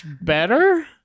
better